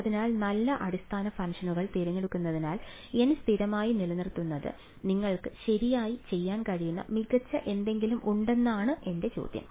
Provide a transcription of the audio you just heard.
അതിനാൽ നല്ല അടിസ്ഥാന ഫംഗ്ഷനുകൾ തിരഞ്ഞെടുക്കുന്നതിൽ N സ്ഥിരമായി നിലനിർത്തുന്നത് നിങ്ങൾക്ക് ശരിയായി ചെയ്യാൻ കഴിയുന്ന മികച്ച എന്തെങ്കിലും ഉണ്ടെന്നാണ് എന്റെ ചോദ്യം